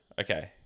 Okay